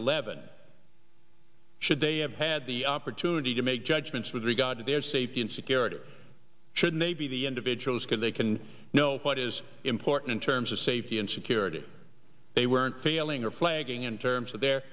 eleven should they have had the opportunity to make judgments with regard to their safety and security should maybe the individuals because they can know what is important in terms of safety and security they weren't failing or flagging in terms of their